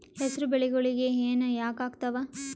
ಹೆಸರು ಬೆಳಿಗೋಳಿಗಿ ಹೆನ ಯಾಕ ಆಗ್ತಾವ?